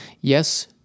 yes